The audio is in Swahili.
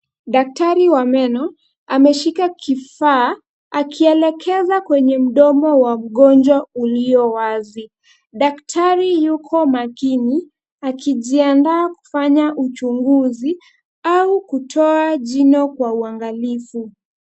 Daktari wa meno, ameshika kifaa, akielekeza kwenye mdomo wa mgonjwa ulio wazi. Daktari yuko makini, akijiandaa kufanya uchunguzi au kutoa jino kwa uangalifu.